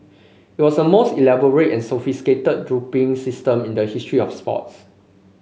it was the most elaborate and sophisticated doping system in the history of sports